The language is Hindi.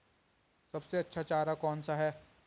सबसे अच्छा चारा कौन सा है?